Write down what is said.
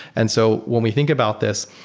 and so when we think about this,